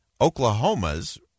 Oklahoma's